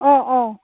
অঁ অঁ